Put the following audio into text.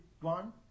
one